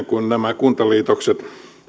kun nämä kuntaliitokset